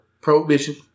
Prohibition